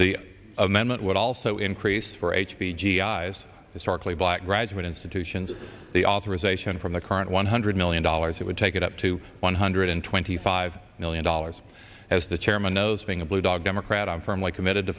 the amendment would also increase for h p g i's historically black graduate institutions the authorization from the current one hundred million dollars it would take it up to one hundred twenty five million dollars as the chairman knows being a blue dog democrat i'm firmly committed to